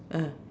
ah